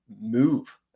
move